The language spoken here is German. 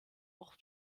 auch